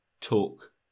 talk